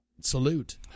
Salute